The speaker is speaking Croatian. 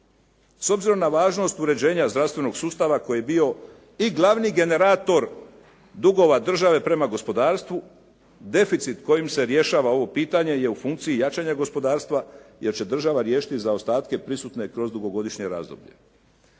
S obzirom na važnost uređenja zdravstvenog sustava koji je bio i glavni generator dugova države prema gospodarstvu deficit kojim se rješava ovo pitanje je u funkciji jačanja gospodarstva jer će država riješiti zaostatke prisutne kroz dugogodišnje razdoblje.